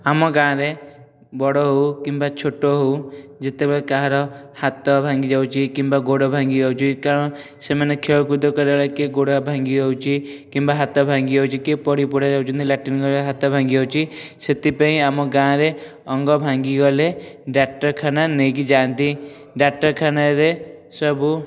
ଆମ ଗାଁ ରେ ବଡ଼ ହଉ କିମ୍ବା ଛୋଟ ହଉ ଯେତେବେଳେ କାହାର ହାତ ଭାଙ୍ଗି ଯାଉଛି କିମ୍ବା ଗୋଡ଼ ଭାଙ୍ଗି ଯାଉଛି କାରଣ ସେମାନେ ଖେଳ କୁଦ କରିବାବେଳେ କିଏ ଗୋଡ଼ ଭାଙ୍ଗି ଯାଉଛି କିମ୍ବା ହାତ ଭାଙ୍ଗି ଯାଉଛି କିଏ ପଡ଼ି ପୁଡ଼ା ଯାଉଛନ୍ତି ଲାଟିନ୍ ଘରେ ହାତ ଭାଙ୍ଗି ଯାଉଛି ସେଥିପାଇଁ ଆମ ଗାଁରେ ଅଙ୍ଗ ଭାଙ୍ଗି ଗଲେ ଡ଼ାକ୍ତରଖାନା ନେଇକି ଯାଆନ୍ତି ଡ଼ାକ୍ତରଖାନାରେ ସବୁ